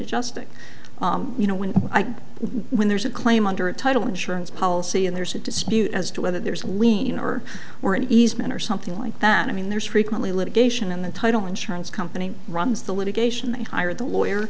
adjusting you know when when there's a claim under a title insurance policy and there's a dispute as to whether there's a lien or were an easement or something like that i mean there's frequently litigation in the title insurance company runs the litigation they hire the lawyer